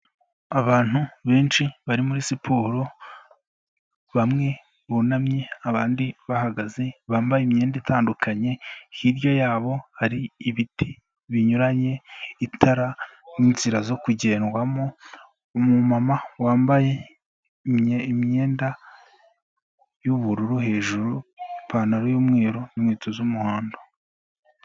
Abantu benshi bari muri siporo, bamwe bunamye, abandi bahagaze, bambaye imyenda itandukanye, hirya yabo hari ibiti binyuranye, itara, n'inzira zo kugendwamo, umumama wambaye imyenda y'ubururu hejuru, ipantaro y'umweru n'inkweto z'umuhondo.